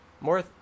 More